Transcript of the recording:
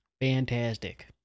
Fantastic